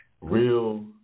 Real